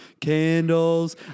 candles